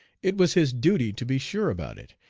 it was his duty to be sure about it,